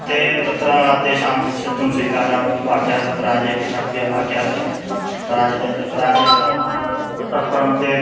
ते तत्र तेषां शिष्यत्वं स्वीकारं वाक्यार्थपराजयं प्राप्य वाक्यार्थ पराजयं पराजयं जातः ततःपरं ते